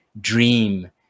dream